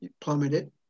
plummeted